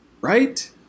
Right